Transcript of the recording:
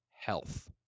health